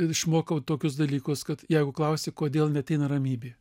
išmokau tokius dalykus kad jeigu klausi kodėl neateina ramybė